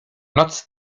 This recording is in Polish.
noc